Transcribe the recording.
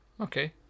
okay